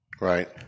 Right